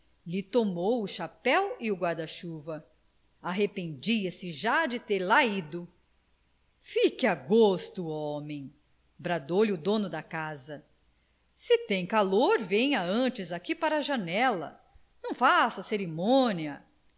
tomou o chapéu e o guarda-chuva arrependia-se já de ter lá ido fique a gosto homem bradou-lhe o dono da casa se tem calor venha antes aqui para a janela não faça cerimônia